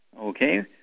Okay